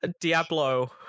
Diablo